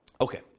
Okay